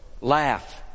laugh